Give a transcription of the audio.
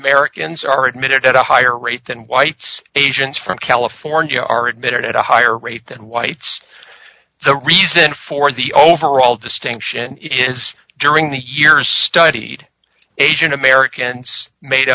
americans are admitted at a higher rate than whites asians from california are admitted at a higher rate than whites the reason for the overall distinction is during the years studied asian americans made